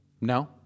No